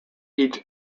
each